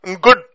Good